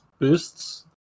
boosts